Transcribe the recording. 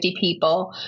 people